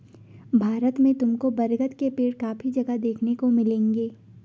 भारत में तुमको बरगद के पेड़ काफी जगह देखने को मिलेंगे